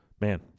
man